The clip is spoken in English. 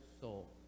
soul